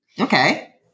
Okay